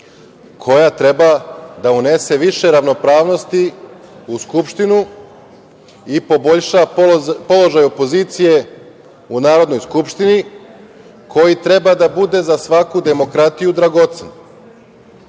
koja treba da unese više ravnopravnosti u Skupštinu i poboljša položaj opozicije u Narodnoj skupštini, koji treba da bude za svaku demokratiju dragocen. Naravno,